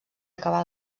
acabar